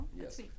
Yes